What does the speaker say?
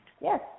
Yes